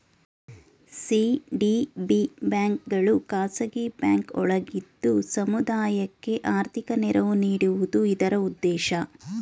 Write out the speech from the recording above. CDB ಬ್ಯಾಂಕ್ಗಳು ಖಾಸಗಿ bank ಒಳಗಿದ್ದು ಸಮುದಾಯಕ್ಕೆ ಆರ್ಥಿಕ ನೆರವು ನೀಡುವುದು ಇದರ ಉದ್ದೇಶ